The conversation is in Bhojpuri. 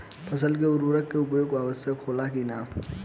फसल में उर्वरक के उपयोग आवश्यक होला कि न?